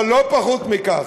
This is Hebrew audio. אבל לא פחות מזה,